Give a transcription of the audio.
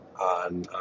on